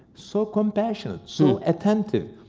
so compassionate, so attentive,